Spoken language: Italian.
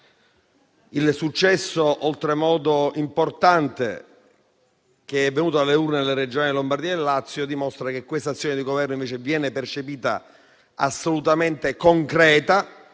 Il successo oltremodo importante, che è venuto dalle urne nelle regioni Lombardia e Lazio, dimostra, invece, che questa azione di governo viene percepita come assolutamente concreta,